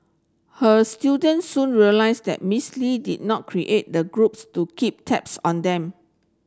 her students soon realised that Miss Lee did not create the groups to keep tabs on them